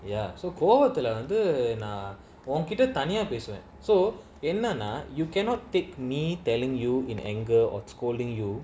ya so கோவத்துலவந்துநான்உன்கிட்டதனியாபேசுவேன்:kovathula vandhu nan unkita thaniya pesuven so you cannot take me telling you in anger or scolding you